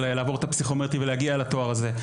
לעבור את הפסיכומטרי ולהגיע לתואר הזה.